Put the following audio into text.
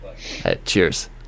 Cheers